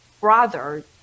brother